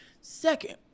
second